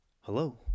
Hello